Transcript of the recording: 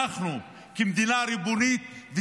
אנחנו מדינה ריבונית,